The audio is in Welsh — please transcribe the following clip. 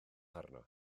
arno